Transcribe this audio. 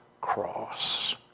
cross